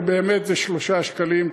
ובאמת זה 3 שקלים,